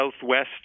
southwest